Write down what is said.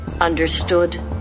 Understood